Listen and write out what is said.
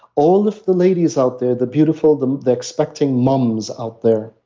all of the ladies out there, the beautiful, the the expecting moms out there.